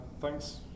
Thanks